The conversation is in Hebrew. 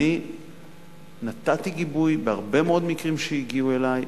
אני נתתי גיבוי בהרבה מאוד מקרים שהגיעו אלי.